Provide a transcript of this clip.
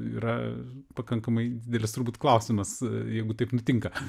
yra pakankamai didelis turbūt klausimas jeigu taip nutinka